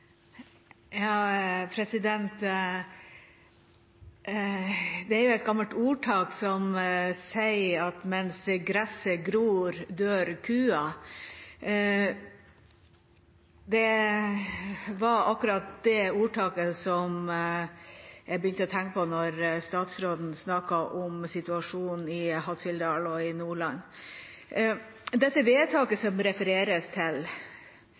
Det er et gammelt ordtak som sier at mens gresset gror, dør kua. Det var akkurat det ordtaket jeg begynte å tenke på da statsråden snakket om situasjonen i Hattfjelldal og i Nordland. I vedtaket i Stortinget om at 10 pst. skal vernes, som det refereres til,